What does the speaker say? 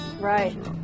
Right